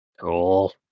Cool